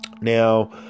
Now